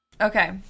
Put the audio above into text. Okay